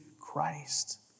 Christ